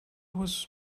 was